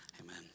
Amen